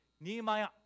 Nehemiah